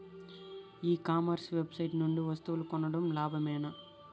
E commerce website నుండి వస్తువులు కొనడం లాభమేనా?